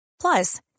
plus